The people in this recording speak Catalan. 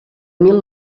mil